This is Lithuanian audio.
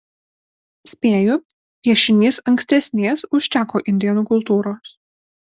spėju piešinys ankstesnės už čako indėnų kultūros